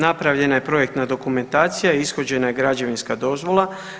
Napravljena je projektna dokumentacija, ishođena je građevinska dozvola.